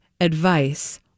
advice